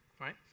right